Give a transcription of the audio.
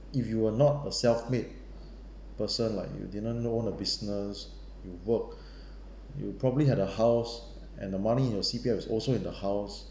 if you are not a self made person like you didn't know the business you work you probably had a house and the money in your C_P_F is also in the house